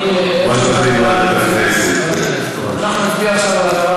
זה לא יוחלט כאן ממילא.